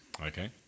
Okay